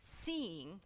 seeing